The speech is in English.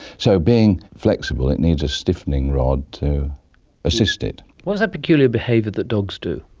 so, being flexible, it needs a stiffening rod to assist it. what's that peculiar behaviour that dogs do?